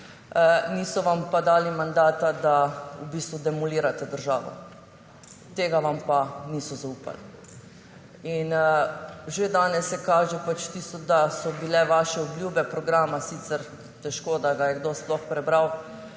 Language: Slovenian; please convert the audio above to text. niso vam pa dali mandata, da v bistvu demolirate državo. Tega vam pa niso zaupali. Že danes se kaže tisto, da so bile vaše obljube iz programa – sicer težko, da ga je kdo sploh prebral